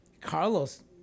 Carlos